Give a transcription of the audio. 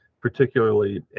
particularly